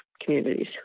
communities